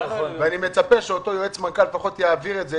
ואני מצפה שאותו יועץ מנכ"ל לפחות יעביר את זה.